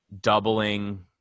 doubling